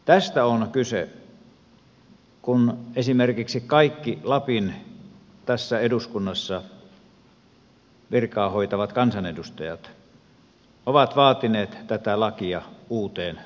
tästä on kyse kun esimerkiksi kaikki lapin tässä eduskunnassa virkaa hoitavat kansanedustajat ovat vaatineet tätä lakia uuteen valmisteluun